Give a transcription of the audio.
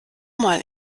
mal